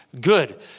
good